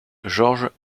george